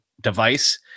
device